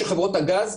של חברות הגז,